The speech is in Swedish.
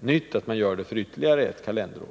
nytt att man gör det för ytterligare ett kalenderår.